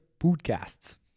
podcasts